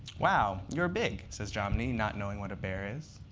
wow, you're big, says jomny, not knowing what a bear is.